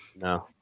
No